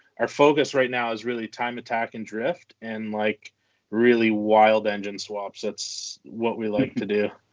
our focus right now is really time attack and drift, and like really wild engine swaps. that's what we like to do.